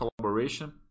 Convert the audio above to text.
collaboration